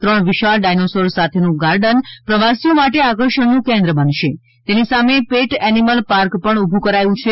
ત્રણ વિશાળ ડાયનોસોર સાથેનું ગાર્ડન પ્રવાસીઓ માટે આકર્ષણનું કેન્દ્ર બનશે તેની સામે પેટ એનિમલ પાર્ક પણ ઊભું કરાયું છે